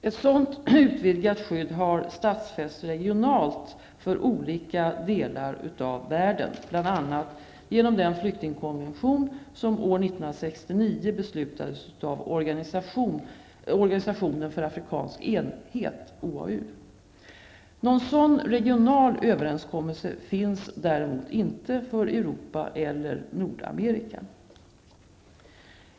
Ett sådant utvidgat skydd har stadsfästs regionalt för olika delar av världen, bl.a. genom den flyktingkonvention som år 1969 beslutades av Organisationen för afrikansk enhet, OAU. Någon sådan regional överenskommelse finns däremot inte för Europa eller Nordamerika.